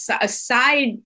aside